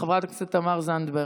חברת הכנסת תמר זנדברג.